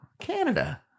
Canada